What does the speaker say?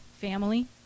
family